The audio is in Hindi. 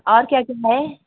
और क्या क्या है